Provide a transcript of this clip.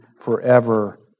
forever